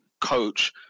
coach